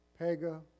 Pega